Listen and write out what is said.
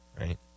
Right